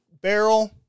barrel